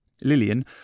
Lillian